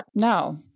No